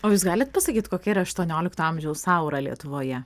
o jūs galit pasakyt kokia yra aštuoniolikto amžiaus aura lietuvoje